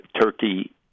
Turkey